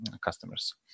customers